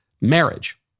marriage